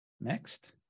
next